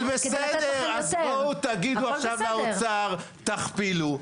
אבל בסדר, אז בואו תגידו עכשיו לאוצר תכפילו.